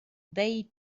they